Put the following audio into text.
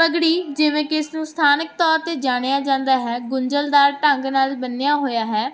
ਪਗੜੀ ਜਿਵੇਂ ਕਿ ਇਸ ਨੂੰ ਸਥਾਨਕ ਤੌਰ 'ਤੇ ਜਾਣਿਆ ਜਾਂਦਾ ਹੈ ਗੁੰਝਲਦਾਰ ਢੰਗ ਨਾਲ ਬੰਨਿਆ ਹੋਇਆ ਹੈ